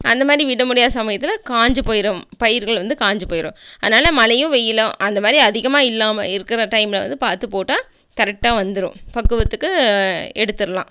அந்த மாரி விடமுடியாத சமயத்தில் காஞ்சிப் போயிரும் பயிர்கள் வந்து காஞ்சிப் போயிரும் அதனால் மழையும் வெயிலும் அந்த மாரி அதிகமாக இல்லாமல் இருக்கிற டைம்மில் வந்து பார்த்துப் போட்டால் கரெக்டாக வந்துரும் பக்குவத்துக்கு எடுத்துரலாம்